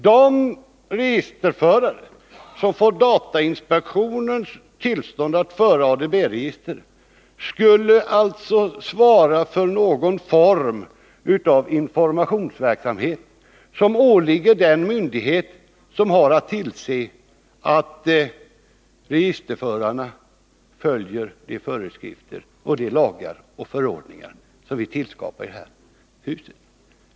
De registerförare som får datainspektionens tillstånd att föra ADB-register skulle alltså svara för någon form av den informationsverksamhet som åligger den myndighet som har att tillse att registerförarna följer de föreskrifter, de lagar och de förordningar som tillskapas i det här huset.